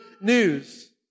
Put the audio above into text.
news